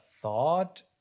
thought